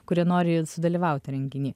kurie nori sudalyvauti renginy